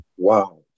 Wow